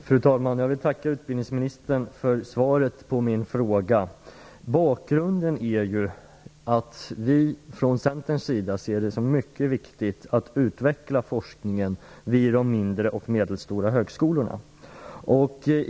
Fru talman! Jag vill tacka utbildningsministern för svaret på min fråga. Bakgrunden är den att vi från Centerns sida ser det som mycket viktigt att utveckla forskningen vid de mindre och medelstora högskolorna.